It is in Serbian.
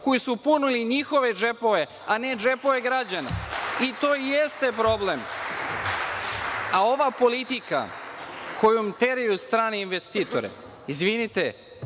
koji su punili njihove džepove, a ne džepove građana, i to i jeste problem. Ova politika kojom teraju strane investitore, izvinite,